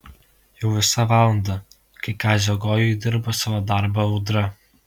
jau visa valanda kai kazio gojuj dirba savo darbą audra